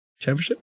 championship